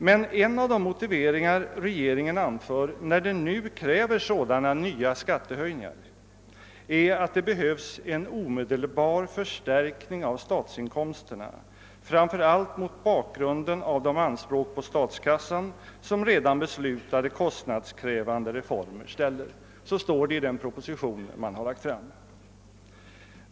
Men er av de motiveringar som regeringen anför när den nu kräver sådana nya skattehöjningar är att det behövs en omedelbar förstärkning av statsinkomsterna »framför allt mot bakgrunden av de anspråk på statskassan som redan beslutade kosinadskrävande reformer ställer». Så står det i den proposition som har lagts fram.